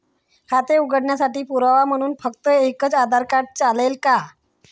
खाते उघडण्यासाठी पुरावा म्हणून फक्त एकच आधार कार्ड चालेल का?